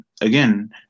again